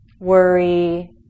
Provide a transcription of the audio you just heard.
worry